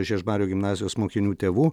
žiežmarių gimnazijos mokinių tėvų